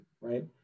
Right